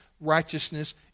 righteousness